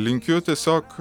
linkiu tiesiog